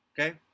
Okay